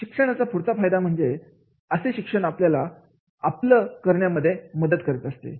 शिक्षणाचा पुढचा फायदा म्हणजे असे शिक्षण आपल्याला आपलं करण्यामध्ये मदत करत असते